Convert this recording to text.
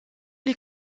les